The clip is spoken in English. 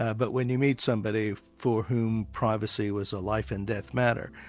ah but when you meet somebody for whom privacy was a life and death matter,